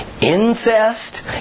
incest